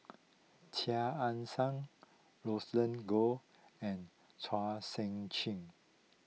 Chia Ann Siang Roland Goh and Chua Sian Chin